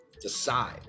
decide